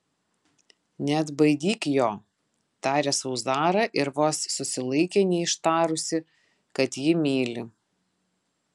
neatbaidyk jo tarė sau zara ir vos susilaikė neištarusi kad jį myli